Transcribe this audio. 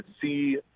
see